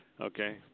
Okay